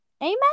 amen